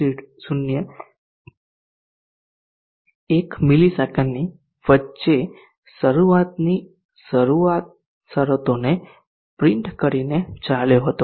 01 msની વચ્ચે શરૂયાતની શરતોને પ્રિન્ટ કરીને ચાલ્યો હતો